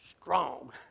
strong